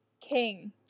King